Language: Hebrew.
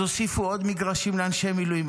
אז הוסיפו עוד מגרשים לאנשי מילואים.